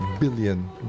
billion